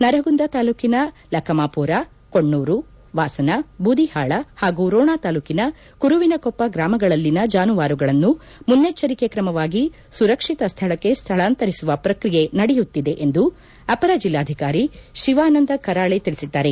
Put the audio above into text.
ನರಗುಂದ ತಾಲೂಕಿನ ಲಕಮಾಪೂರ ಕೊಣ್ಣೂರು ವಾಸನ ಬೂದಿಹಾಳ ಹಾಗೂ ರೋಣ ತಾಲೂಕಿನ ಕುರುವಿನಕೊಪ್ಪ ಗ್ರಾಮಗಳಲ್ಲಿನ ಜಾನುವಾರುಗಳನ್ನು ಮುನ್ನೆಚ್ಚರಿಕೆ ಕ್ರಮವಾಗಿ ಸುರಕ್ಷಿತ ಸ್ಥಳಕ್ಕೆ ಸ್ಥಳಾಂತರಿಸುವ ಪ್ರಕ್ರಿಯೆ ನಡೆಯುತ್ತಿದೆ ಎಂದು ಅಪರ ಜೆಲ್ಲಾಧಿಕಾರಿ ಶಿವಾನಂದ ಕರಾಳೆ ತಿಳಿಸಿದ್ದಾರೆ